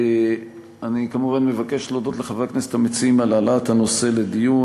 אני כמובן מבקש להודות לחברי הכנסת המציעים על העלאת הנושא לדיון.